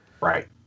Right